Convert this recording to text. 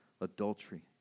adultery